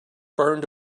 burned